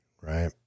Right